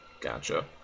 gotcha